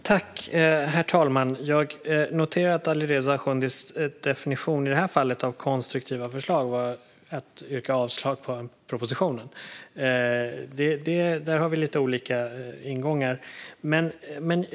Herr talman! Jag noterade att Alireza Akhondis definition av konstruktiva förslag i det här fallet var att yrka avslag på en proposition. Där har vi lite olika ingångar.